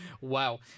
wow